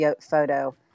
photo